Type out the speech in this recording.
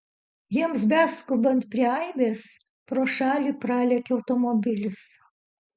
jiems beskubant prie aibės pro šalį pralėkė automobilis